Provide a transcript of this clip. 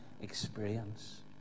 experience